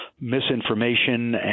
misinformation